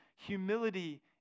humility